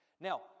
Now